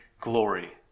glory